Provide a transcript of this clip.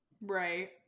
Right